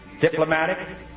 diplomatic